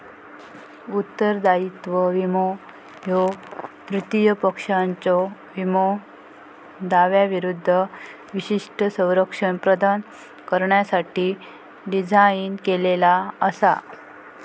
उत्तरदायित्व विमो ह्यो तृतीय पक्षाच्यो विमो दाव्यांविरूद्ध विशिष्ट संरक्षण प्रदान करण्यासाठी डिझाइन केलेला असा